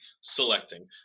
selecting